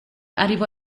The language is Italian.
arrivò